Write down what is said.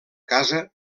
casa